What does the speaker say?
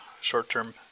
short-term